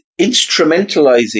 instrumentalizing